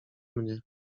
mnie